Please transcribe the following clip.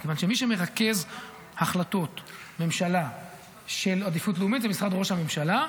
מכיוון שמי שמרכז החלטות ממשלה של עדיפות לאומית זה משרד ראש הממשלה.